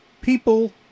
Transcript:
people